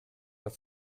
was